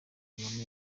kagame